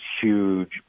huge